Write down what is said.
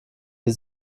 die